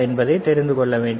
என்பதை தெரிந்து கொள்ள வேண்டும்